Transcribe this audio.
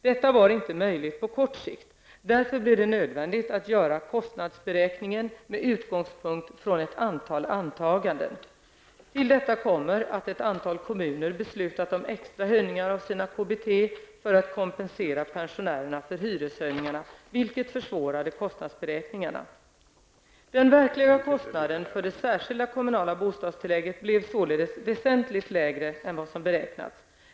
Detta var inte möjligt på kort sikt. Därför blev det nödvändigt att göra kostnadsberäkningen med utgångspunkt från ett antal antaganden. Till detta kommer att ett antal kommuner beslutat om extra höjningar av sina KBT för att kompensera pensionärerna för hyreshöjningarna, vilket försvårade kostnadsberäkningarna. Den verkliga kostnaden för det särskilda kommunala bostadstillägget blev således väsentligt lägre än vad som beräknats.